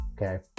okay